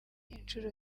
inshuro